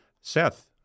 Seth